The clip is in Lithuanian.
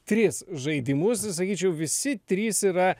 tris žaidimus sakyčiau visi trys yra